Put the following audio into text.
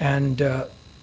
and